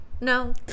No